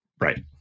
Right